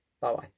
bye-bye